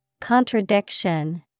Contradiction